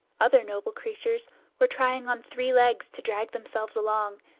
other noble creatures were trying on three legs to drag themselves along,